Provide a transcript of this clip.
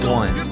one